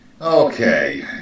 Okay